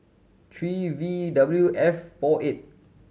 three V W F four eight